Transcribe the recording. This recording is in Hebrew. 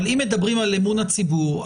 אם מדברים על אמון הציבור,